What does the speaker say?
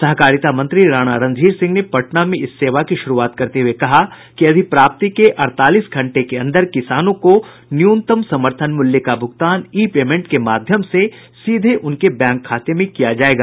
सहकारिता मंत्री राणा रंधीर सिंह ने पटना में इस सेवा की शुरूआत करते हुए कहा कि अधिप्राप्ति के अड़तालीस घंटे के अंदर किसानों को न्यूनतम समर्थन मूल्य का भुगतान ई पेमेंट के माध्यम से सीधे उनके बैंक खाते में किया जायेगा